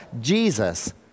Jesus